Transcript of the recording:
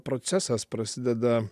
procesas prasideda